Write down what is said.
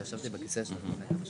שאתם הייתם בממשלה.